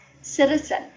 citizen